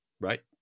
right